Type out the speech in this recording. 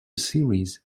series